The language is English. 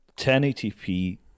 1080p